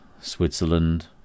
Switzerland